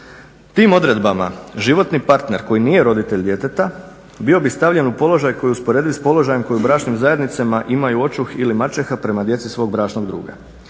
Tim odredbama životni parter koji nije roditelj djeteta bio bi stavljen u položaj koji bi usporedili s položajem koji u bračnim zajednicama imaju očuh ili maćeha prema djeci svog bračnog druga.